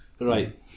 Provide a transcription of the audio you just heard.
Right